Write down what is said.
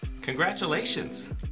Congratulations